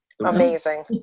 Amazing